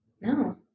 no